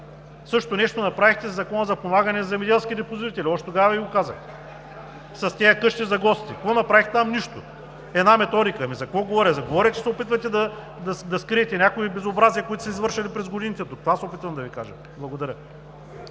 Същото нещо направихте и със Закона за подпомагане на земеделските производители. Още тогава Ви го казах с тези къщи за гости. Какво направихте там? Нищо! Една методика. За какво говоря? Говоря, че се опитвате да скриете някои безобразия, които са извършени през годините. Това се опитвам да Ви кажа. Благодаря.